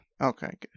Okay